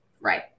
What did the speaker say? Right